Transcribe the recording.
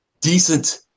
decent